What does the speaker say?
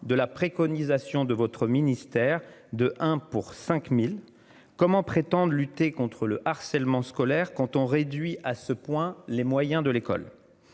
de la préconisation de votre ministère de un pour 5000. Comment prétendre lutter contre le harcèlement scolaire, quand on réduit à ce point les moyens de l'école.